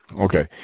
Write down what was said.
Okay